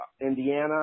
Indiana